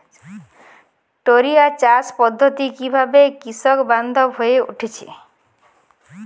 টোরিয়া চাষ পদ্ধতি কিভাবে কৃষকবান্ধব হয়ে উঠেছে?